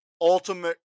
ultimate